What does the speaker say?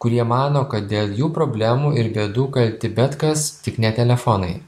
kurie mano kad dėl jų problemų ir bėdų kalti bet kas tik ne telefonai